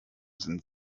sind